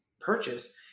purchase